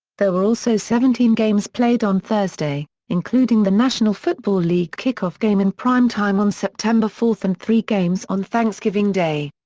there were also seventeen games played on thursday, including the national football league kickoff game in prime time on september four and three games on thanksgiving day.